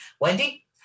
Wendy